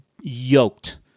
yoked